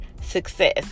success